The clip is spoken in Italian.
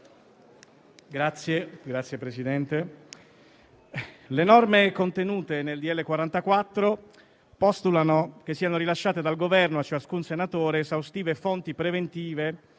taluni obblighi. Le norme contenute nel DL n. 44 postulano che siano rilasciate dal Governo, a ciascun Senatore, esaustive fonti preventive